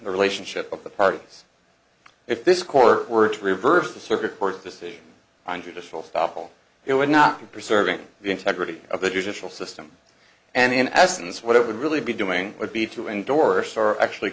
the relationship of the parties if this court were to reverse the circuit court decision on judicial stoffel it would not be preserving the integrity of the judicial system and in essence what it would really be doing would be to endorse or actually